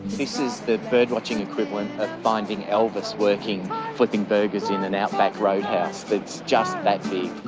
this is the birdwatching equivalent of finding elvis working flipping burgers in an outback roadhouse. it's just that big.